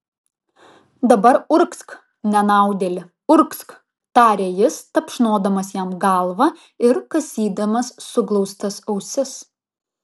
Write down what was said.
dabar urgzk nenaudėli urgzk tarė jis tapšnodamas jam galvą ir kasydamas suglaustas ausis